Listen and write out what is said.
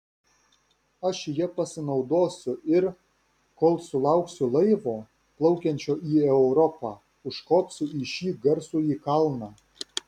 aš ja pasinaudosiu ir kol sulauksiu laivo plaukiančio į europą užkopsiu į šį garsųjį kalną